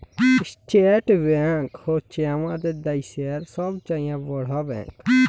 state bank হছে আমাদের দ্যাশের ছব চাঁয়ে বড় ব্যাংক